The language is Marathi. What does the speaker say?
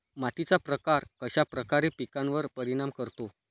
मातीचा प्रकार कश्याप्रकारे पिकांवर परिणाम करतो?